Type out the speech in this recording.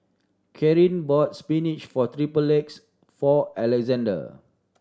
Carin bought spinach eggs for Alexande